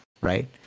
Right